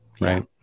Right